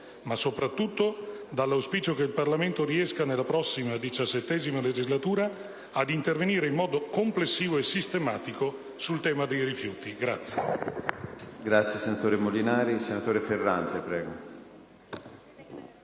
Ma soprattutto dall'auspicio che il Parlamento riesca, nella prossima XVII legislatura, ad intervenire in modo complessivo e sistematico sul tema dei rifiuti.